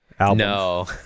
no